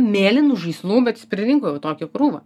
mėlynų žaislų bet jis pririnko va tokią krūvą